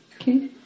Okay